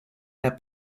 their